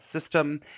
system